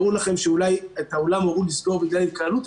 ברור לכם שאולי את האולם הורו לסגור בגלל התקהלות,